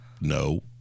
No